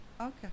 okay